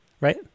right